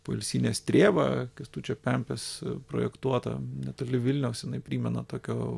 poilsinė strėva kęstučio pempės projektuota netoli vilniaus jinai primena tokio